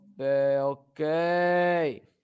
okay